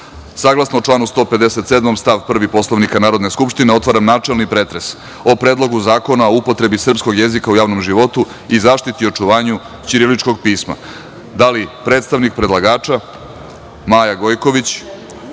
članu 157. stav 1. Poslovnika Narodne skupštine, otvaram načelni pretres o Predlogu zakona o upotrebi srpskog jezika u javnom životu i zaštiti i očuvanju ćiriličkog pisma. Da li predstavnik predlagača Maja Gojković,